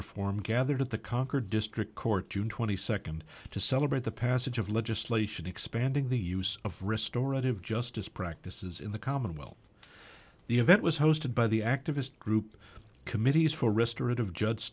reform gathered at the concord district court june twenty second to celebrate the passage of legislation expanding the use of restore and of justice practices in the commonwealth the event was hosted by the activist group committees for a restaurant of judge